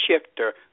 shifter